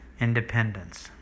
Independence